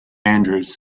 andrews